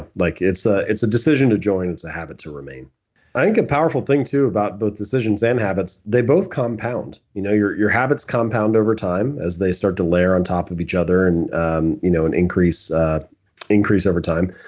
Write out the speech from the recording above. like it's ah it's a decision to join. it's a habit to remain i think a powerful thing too about both decisions and habits, they both compound. you know your your habits compound over time as they start to layer on top of each other and and you know and increase increase over time,